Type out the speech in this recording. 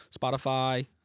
Spotify